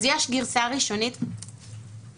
אז יש גרסה ראשונית בהחלט.